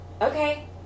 Okay